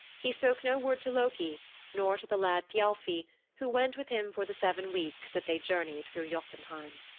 he spoke no word to loki nor to the lad thialfi who went with him for the seven weeks that they journeyed through jotunheim.